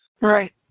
right